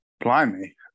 Blimey